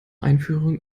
einführung